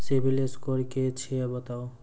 Civil score कि छियै समझाऊ?